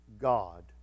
God